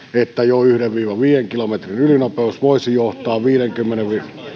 että jo yhden viiva viiden kilometrin ylinopeus voisi johtaa viidenkymmenen